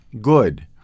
good